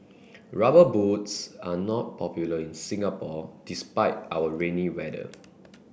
rubber boots are not popular in Singapore despite our rainy weather